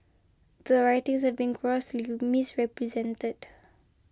the writings have been grossly misrepresented